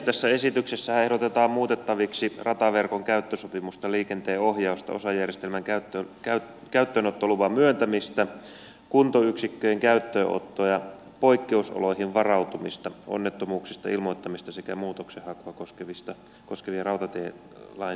tässä esityksessähän ehdotetaan muutettaviksi rataverkon käyttösopimusta liikenteenohjausta osajärjestelmän käyttöönottoluvan myöntämistä kuntoyksikköjen käyttöönottoa ja poikkeusoloihin varautumista onnettomuuksista ilmoittamista sekä muutoksenhakua koskevia rautatielain säännöksiä